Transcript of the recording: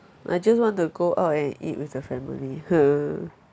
I just want to go out and eat with your family